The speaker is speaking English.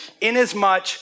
inasmuch